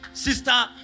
Sister